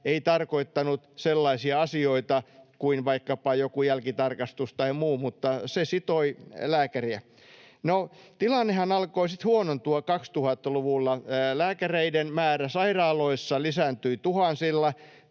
ei tarkoittanut sellaisia asioita kuin vaikkapa joku jälkitarkastus tai muu, mutta se sitoi lääkäriä. Tilannehan alkoi huonontua sitten 2000-luvulla. Lääkäreiden määrä sairaaloissa lisääntyi tuhansilla,